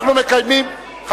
אנחנו מקיימים, אני רוצה להבין.